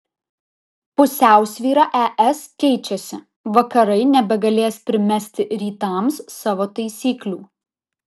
pusiausvyra es keičiasi vakarai nebegalės primesti rytams savo taisyklių